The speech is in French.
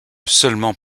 seulement